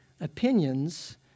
Opinions